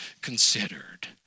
considered